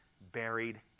buried